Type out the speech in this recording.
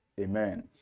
Amen